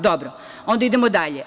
Dobro, onda idemo dalje.